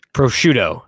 Prosciutto